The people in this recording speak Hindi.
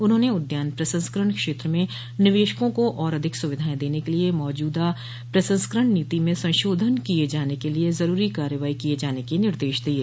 उन्होंने उद्यान प्रसंस्करण क्षेत्र में निवेशकों को और अधिक सुविधायें देने के लिये मौजूदा प्रसंस्करण नीति में संशोधन किये जाने के लिये जरूरी कार्रवाई किये जाने के निर्देश दिये